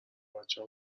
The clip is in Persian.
بچه